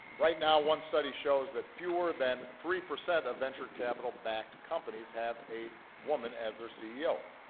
right now, one study shows that fewer than three percent of venture capital-backed companies have a woman as their ceo.